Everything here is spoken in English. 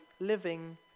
living